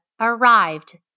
arrived